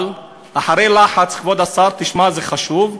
אבל אחרי לחץ, כבוד השר, תשמע, זה חשוב,